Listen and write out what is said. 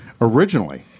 Originally